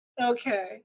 Okay